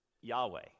Yahweh